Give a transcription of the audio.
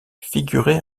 figurait